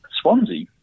Swansea